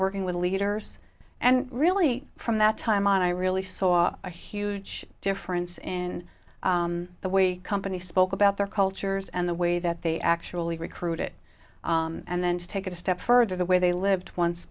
working with leaders and really from that time on i really saw a huge difference in the way companies spoke about their cultures and the way that they actually recruit it and then to take it a step further the way they lived once